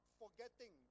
forgetting